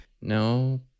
No